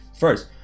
First